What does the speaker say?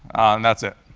and that's it.